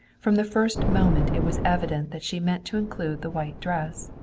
from the first moment it was evident that she meant to include the white dress.